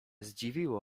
zdziwiło